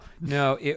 no